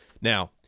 Now